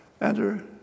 enter